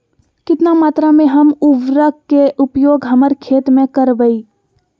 कितना मात्रा में हम उर्वरक के उपयोग हमर खेत में करबई?